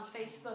Facebook